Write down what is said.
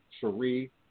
Cherie